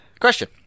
Question